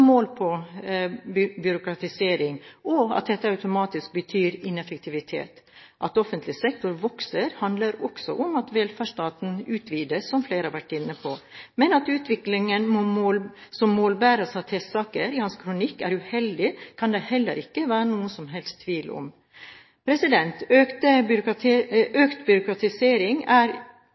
mål på byråkratisering, og at dette automatisk betyr ineffektivitet. At offentlig sektor vokser, handler også om at velferdsstaten utvides, som flere har vært inne på. Men at utviklingen som målbæres av Tesaker i hans kronikk, er uheldig, kan det heller ikke være noen som helst tvil om. Økt byråkratisering er ikke begrenset til bare ett samfunnsområde – snarere er